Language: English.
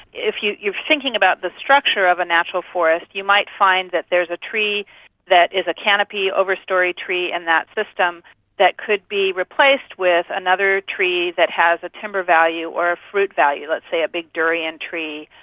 if you're you're thinking about the structure of a natural forest you might find that there is a tree that is a canopy, over-storey tree in and that system that could be replaced with another tree that has a timber value or a fruit value, let's say a big durian tree.